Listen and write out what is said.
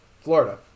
Florida